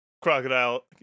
Crocodile